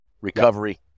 Recovery